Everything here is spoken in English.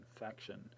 infection